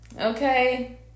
okay